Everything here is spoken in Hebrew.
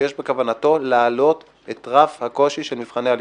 שיש בכוונתו להעלות את רף הקושי של נבחני הלשכה?